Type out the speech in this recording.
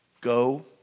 go